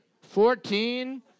fourteen